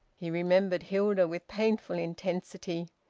he remembered hilda with painful intensity.